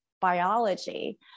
biology